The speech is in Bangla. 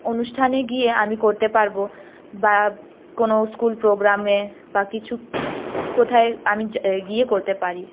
অনুষ্ঠানে গিয়ে আমি করতে পারব বা কোনো স্কুল প্রোগ্রামে বা কিছু কোথাও আমি যা এই গিয়ে করতে পারি